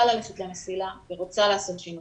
ללכת ל'מסילה' והיא רוצה לעשות שינוי.